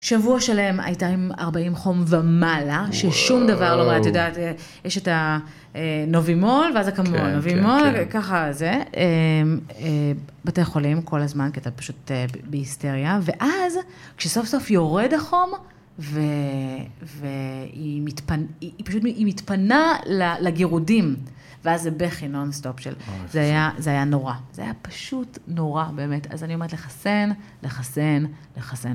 שבוע שלם הייתה עם 40 חום ומעלה, ששום דבר לא...אתה יודע, יש את הנובימול, ואז אקמול, נובימול, וככה זה. בתי חולים כל הזמן, כי אתה פשוט בהיסטריה. ואז, כשסוף סוף יורד החום, והיא פשוט מתפנה לגירודים, ואז זה בכי, נונסטופ של... זה היה נורא. זה היה פשוט נורא, באמת. אז אני אומרת לחסן, לחסן, לחסן.